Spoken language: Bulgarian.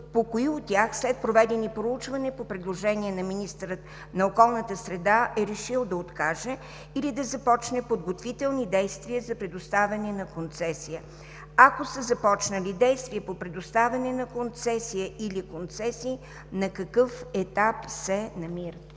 по кои от тях след проведени проучвания по предложение на министъра на околната среда е решил да откаже или да започне подготвителни действия за предоставяне на концесия? Ако се започнали действия по предоставяне на концесия или концесии, на какъв етап се намират?